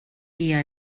dia